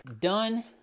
Done